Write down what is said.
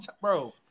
Bro